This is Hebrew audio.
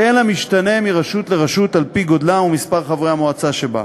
אלא משתנה מרשות לרשות על-פי גודלה ומספר חברי המועצה שבה.